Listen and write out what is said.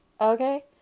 Okay